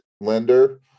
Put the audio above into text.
lender